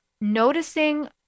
noticing